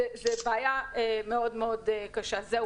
אלו